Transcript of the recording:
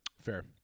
Fair